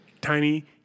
tiny